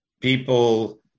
people